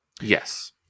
yes